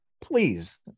please